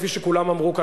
כפי שכולם אמרו פה,